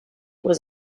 was